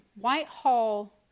Whitehall